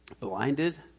Blinded